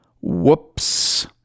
whoops